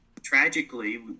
tragically